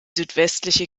südwestliche